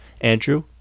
Andrew